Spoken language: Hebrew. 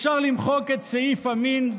אפשר למחוק את סעיף המין,